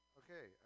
okay